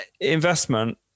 investment